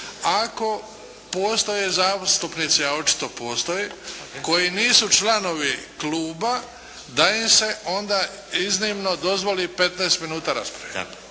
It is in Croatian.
ako postoje zastupnici, a očito postoje koji nisu članovi klubovi da im se onda iznimno dozvoli 15 minuta rasprave.